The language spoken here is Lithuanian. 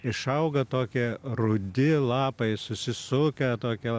išauga tokie rudi lapai susisukę tokio